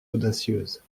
audacieuse